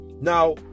Now